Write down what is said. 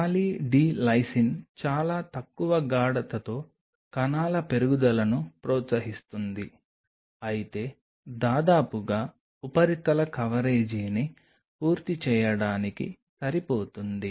poly D lysine చాలా తక్కువ గాఢతతో కణాల పెరుగుదలను ప్రోత్సహిస్తుంది అయితే దాదాపుగా ఉపరితల కవరేజీని పూర్తి చేయడానికి సరిపోతుంది